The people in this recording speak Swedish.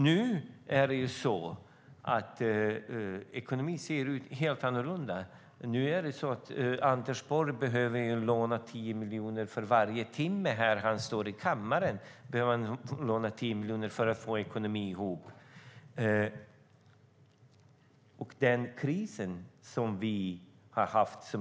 Nu ser ekonomin helt annorlunda ut. Nu behöver Anders Borg låna 10 miljoner för varje timme han står i kammaren för att få ekonomin att gå ihop.